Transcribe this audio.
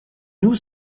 nous